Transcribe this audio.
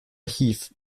archiv